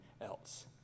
else